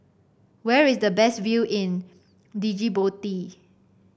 where is the best view in Djibouti